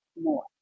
more